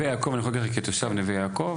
כתושב נווה יעקב,